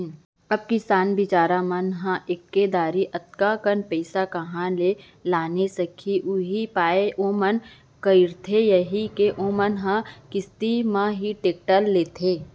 अब किसान बिचार मन ह एके दरी अतका कन पइसा काँहा ले लाने सकही उहीं पाय ओमन करथे यही के ओमन ह किस्ती म ही टेक्टर ल लेथे